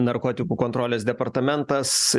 narkotikų kontrolės departamentas